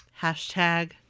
Hashtag